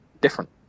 different